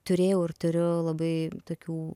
turėjau ir turiu labai tokių